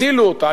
הצילו אותה.